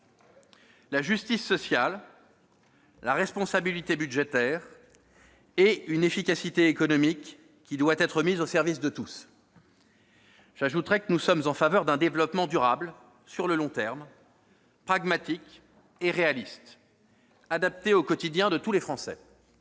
La justice sociale, la responsabilité budgétaire et une efficacité économique qui doit être mise au service de tous. J'ajouterai que nous sommes en faveur d'un développement durable sur le long terme, pragmatique et réaliste, adapté au quotidien de tous les Français.